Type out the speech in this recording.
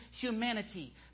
humanity